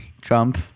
Trump